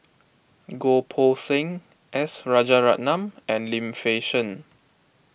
Goh Poh Seng S Rajaratnam and Lim Fei Shen